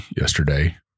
yesterday